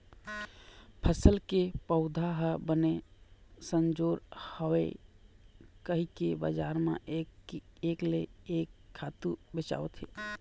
फसल के पउधा ह बने संजोर होवय कहिके बजार म एक ले एक खातू बेचावत हे